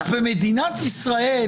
אז במדינת ישראל,